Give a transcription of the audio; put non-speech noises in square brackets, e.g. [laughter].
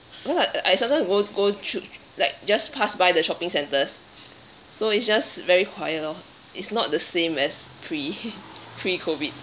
because like I sometimes go go through like just pass by the shopping centres so it's just very quiet lor it's not the same as pre [laughs] pre-COVID